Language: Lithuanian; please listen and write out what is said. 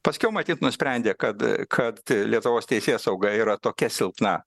paskiau matyt nusprendė kad kad lietuvos teisėsauga yra tokia silpna